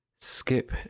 Skip